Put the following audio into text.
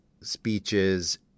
speeches